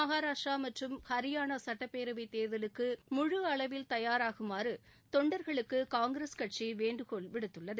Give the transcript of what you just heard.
மல்றாராஷ்டிரா மற்றம் ஹரிபானா சட்டப்பேரவைத் தேர்தலுக்கு முழு அளவில் தயாராாகுமாறு தொண்டர்களுக்கு காங்கிரஸ் கட்சி வேண்டுகோள் விடுத்துள்ளது